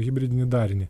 hibridinį darinį